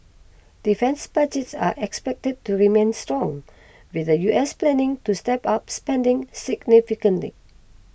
defence budgets are expected to remain strong with the U S planning to step up spending significantly